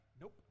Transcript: Nope